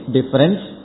Difference